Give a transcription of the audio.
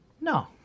No